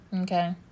Okay